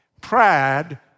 Pride